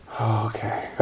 Okay